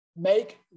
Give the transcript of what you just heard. make